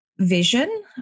Vision